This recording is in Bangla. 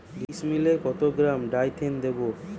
ডিস্মেলে কত গ্রাম ডাইথেন দেবো?